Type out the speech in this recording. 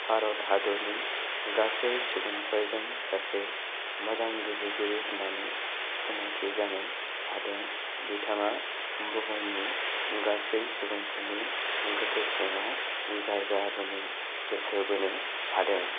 भारत हादरनि गासै सुबुंफोरजों सासे मोजां गेलेगिरि होननानै सिनायथि जानो हादों बिथाङा बुहुमनि गासै सुबुंफोरनि गोसो सिङाव जायगा बोनो गोसो बोनो हादों